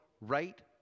right